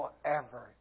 forever